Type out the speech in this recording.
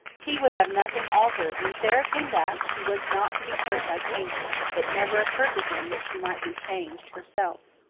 he would have nothing altered. when sara came back she was not to be hurt by changes. it never occurred to him that she might be changed herself.